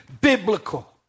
biblical